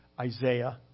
Isaiah